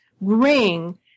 ring